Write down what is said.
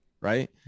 Right